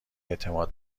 اعتماد